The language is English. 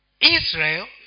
Israel